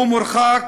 הוא מורחק,